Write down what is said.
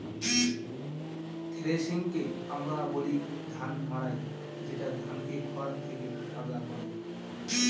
থ্রেশিংকে আমরা বলি ধান মাড়াই যেটা ধানকে খড় থেকে আলাদা করে